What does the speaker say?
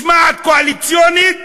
משמעת קואליציונית